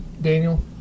Daniel